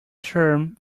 term